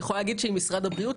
אני יכולה להגיד שעם משרד הבריאות,